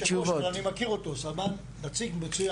יושב הראש אני מכיר אותו, נציג מצוין.